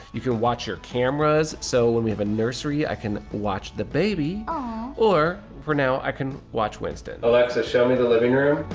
you can watch your cameras so when we have a nursery i can watch the baby ah or for now. i can watch winston alexa show me the living room.